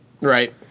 Right